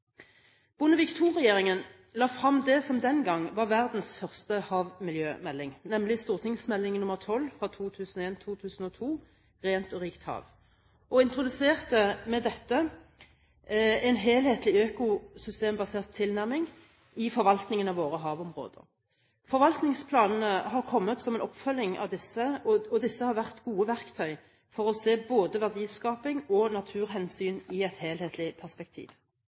Bondevik II-regjeringen la fram det som den gang var verdens første havmiljømelding, nemlig St.meld. nr. 12 for 2001–2002 Rent og rikt hav, og introduserte med dette en helhetlig økosystembasert tilnærming i forvaltningen av våre havområder. Forvaltningsplanene har kommet som en oppfølging, og disse har vært gode verktøy for å se både verdiskaping og naturhensyn i et helhetlig perspektiv.